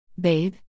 Babe